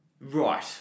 Right